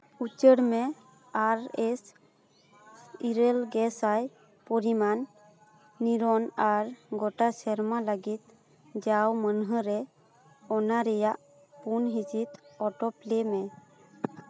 ᱩᱪᱟᱹᱲ ᱢᱮ ᱟᱨ ᱮᱥ ᱤᱨᱟᱹᱞ ᱜᱮ ᱥᱟᱭ ᱯᱚᱨᱤᱢᱟᱱ ᱱᱤᱨᱚᱱ ᱟᱨ ᱜᱳᱴᱟ ᱥᱮᱨᱢᱟ ᱞᱟᱹᱜᱤᱫ ᱡᱟᱣ ᱢᱟᱹᱱᱦᱟᱹ ᱨᱮ ᱚᱱᱟ ᱨᱮᱭᱟᱜ ᱯᱩᱱ ᱰᱤᱡᱤᱴ ᱚᱴᱳ ᱯᱞᱮ ᱢᱮ